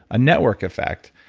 a network effect.